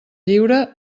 lliure